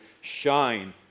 shine